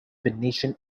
venetian